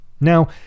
Now